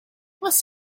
was